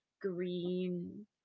green